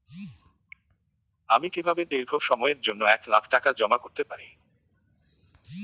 আমি কিভাবে দীর্ঘ সময়ের জন্য এক লাখ টাকা জমা করতে পারি?